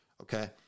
Okay